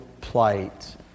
plight